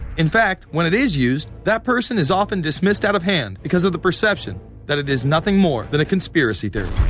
in fact, when it is used, that person is often dismissed out-of-hand. because of the perception that it is nothing more than a conspiracy theory.